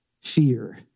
fear